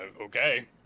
okay